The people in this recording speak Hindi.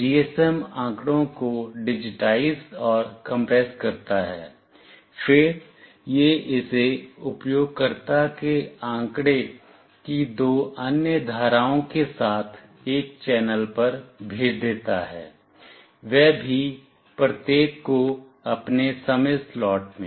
GSM आंकड़ों को डिजिटाइज़ और कम्प्रेस करता है फिर यह इसे उपयोगकर्ता के आंकड़े की दो अन्य धाराओं के साथ एक चैनल पर भेज देता है वह भी प्रत्येक को अपने समय स्लॉट में